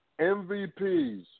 MVPs